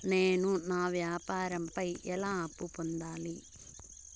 నేను నా వ్యాపారం పై ఎలా అప్పు పొందాలి?